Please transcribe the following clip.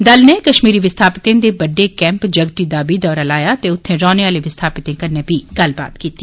दल नै कश्मीरी विस्थापितें दे बड्डे कैंप जग्ती दा बी दौरा लाया ते उत्थें रौह्ने आले विस्थापितें कन्नै बी गल्लबात कीती